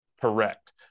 correct